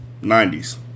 90s